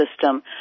system